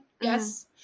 Yes